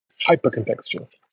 hyper-contextual